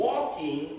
Walking